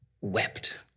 wept